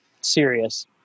serious